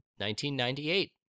1998